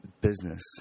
business